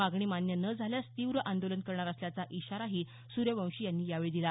मागणी मान्य न झाल्यास तीव्र आंदोलन करणार असल्याचा इशाराही सूर्यवंशी यांनी यावेळी दिला